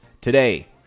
today